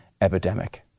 epidemic